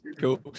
cool